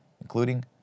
including